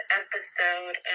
episode